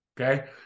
Okay